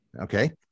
okay